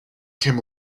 came